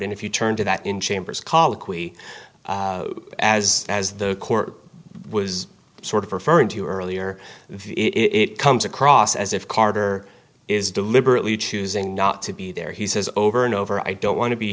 and if you turn to that in chambers colloquy as as the court was sort of referring to earlier it comes across as if carter is deliberately choosing not to be there he says over and over i don't want to be